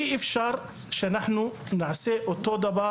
אי אפשר שנעשה שוב ושוב את אותו הדבר